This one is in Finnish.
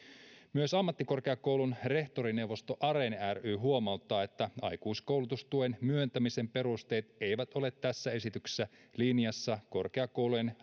myös ammattikorkeakoulujen rehtorineuvosto arene ry huomauttaa että aikuiskoulutustuen myöntämisen perusteet eivät ole tässä esityksessä linjassa korkeakoulujen